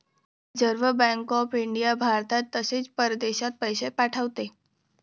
reserve bank of India भारतात तसेच परदेशात पैसे पाठवते